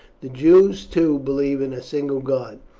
the jews, too, believe in a single god,